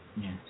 Yes